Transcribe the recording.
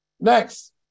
Next